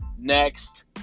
Next